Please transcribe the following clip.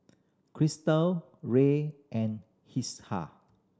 Cristal Ray and